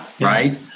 right